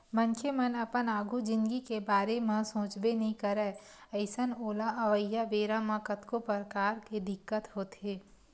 मनखे मन अपन आघु जिनगी के बारे म सोचबे नइ करय अइसन ओला अवइया बेरा म कतको परकार के दिक्कत होथे